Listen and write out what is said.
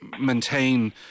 maintain